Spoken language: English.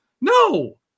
No